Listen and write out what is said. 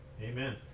Amen